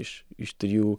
iš iš trijų